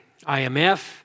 IMF